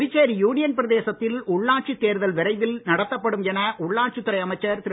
Puducherry union பிரதேசத்தில் உள்ளாட்சித் தேர்தல் விரைவில் நடத்தப்படும் என உள்ளாட்சித் துறை அமைச்சர் திரு